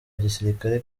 gisirikare